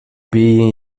being